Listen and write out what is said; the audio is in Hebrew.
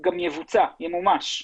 גם יבוצע, ימומש,